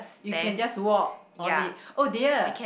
you can just walk on it oh dear